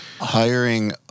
hiring